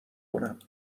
کنم